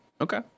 Okay